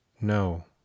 No